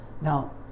Now